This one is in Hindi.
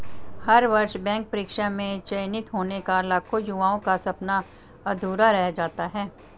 हर वर्ष बैंक परीक्षा में चयनित होने का लाखों युवाओं का सपना अधूरा रह जाता है